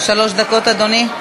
שלוש דקות, אדוני.